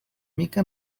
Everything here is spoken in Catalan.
mica